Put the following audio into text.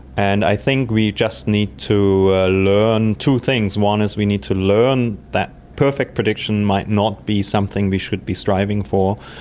and i think we just need to learn two things. one is we need to learn that perfect prediction might not be something we should be striving for.